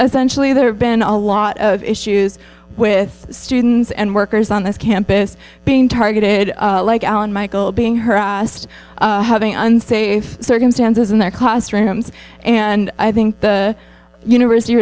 essential you that have been a lot of issues with students and workers on this campus being targeted like alan michael being harassed having unsafe circumstances in their classrooms and i think the university